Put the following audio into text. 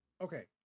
okay